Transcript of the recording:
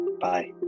Bye